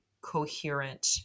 coherent